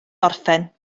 orffen